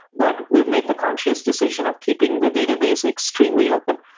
but we've made the conscious decision of keeping the database extremely open.